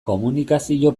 komunikazio